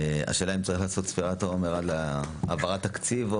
השאלה אם צריך לעשות ספירת העומר עד להעברת התקציב.